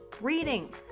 reading